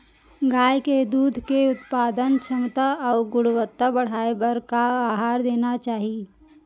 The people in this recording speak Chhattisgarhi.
गाय के दूध के उत्पादन क्षमता अऊ गुणवत्ता बढ़ाये बर का आहार देना चाही?